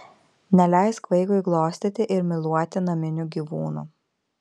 neleisk vaikui glostyti ir myluoti naminių gyvūnų